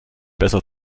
besser